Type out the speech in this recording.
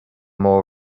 more